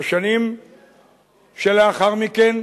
בשנים שלאחר מכן